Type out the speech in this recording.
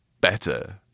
better